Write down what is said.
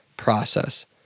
process